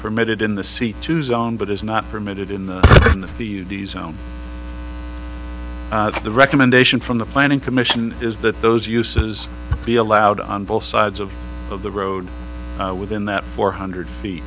permitted in the c to zone but is not permitted in the zone of the recommendation from the planning commission is that those uses be allowed on both sides of of the road within that four hundred